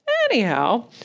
Anyhow